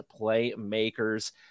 playmakers